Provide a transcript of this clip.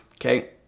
Okay